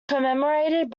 commemorated